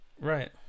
Right